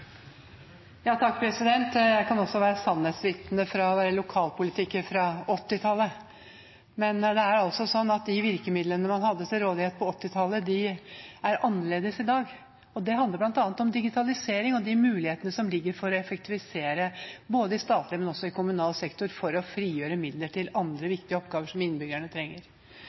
Jeg kan også være sannhetsvitne fra lokalpolitikken på 1980-tallet, men de virkemidlene man hadde til rådighet på 1980-tallet, er annerledes i dag. Det handler bl.a. om digitalisering og mulighetene som foreligger for å effektivisere i både statlig og kommunal sektor for å frigjøre midler til andre viktige oppgaver som innbyggerne trenger.